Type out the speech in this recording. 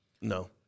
No